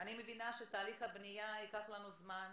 אני מבינה שתהליך הבנייה ייקח לנו זמן,